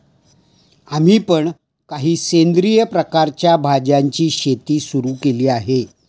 आम्ही पण काही सेंद्रिय प्रकारच्या भाज्यांची शेती सुरू केली आहे